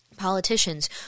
politicians